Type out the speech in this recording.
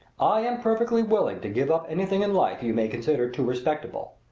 i am perfectly willing to give up anything in life you may consider too respectable.